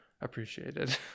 appreciated